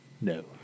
No